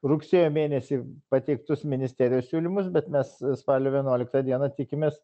rugsėjo mėnesį pateiktus ministerijos siūlymus bet mes spalio vienuoliktą dieną tikimės